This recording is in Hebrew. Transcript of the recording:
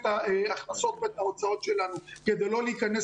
ההכנסות ואת ההוצאות שלנו כדי לא להיכנס